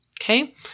Okay